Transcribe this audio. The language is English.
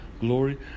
glory